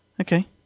okay